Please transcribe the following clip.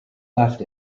left